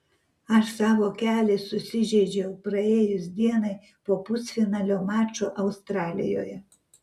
aš savo kelį susižeidžiau praėjus dienai po pusfinalio mačo australijoje